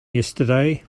yesterday